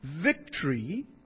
victory